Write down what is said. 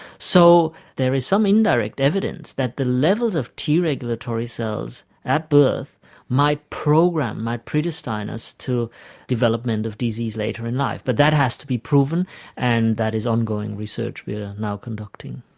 so there is some indirect evidence that the level of t regulatory cells at birth might program, might predestine us to development of disease later in life. but that has to be proven and that is ongoing research we are now conducting.